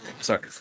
sorry